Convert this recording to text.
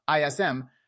ISM